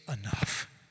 enough